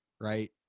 right